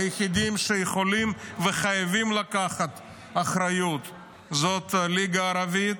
היחידים שיכולים וחייבים לקחת אחריות הם הליגה הערבית,